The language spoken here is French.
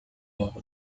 morts